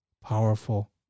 powerful